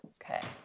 okay.